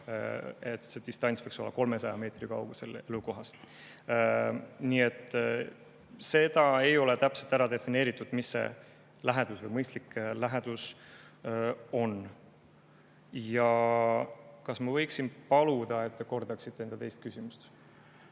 et see distants võiks olla 300 meetrit, kaugus elukohast. Nii et seda ei ole täpselt defineeritud, mis see lähedus või mõistlik lähedus on. Ja kas ma võiksin paluda, et te kordate enda teist küsimust?